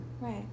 right